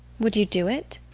would you do it?